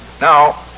Now